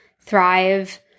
thrive